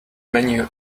menu